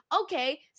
Okay